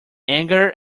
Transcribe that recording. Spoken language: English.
anger